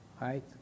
right